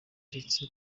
ndetse